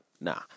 Nah